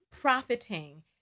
profiting